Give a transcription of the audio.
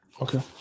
Okay